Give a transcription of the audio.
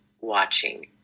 watching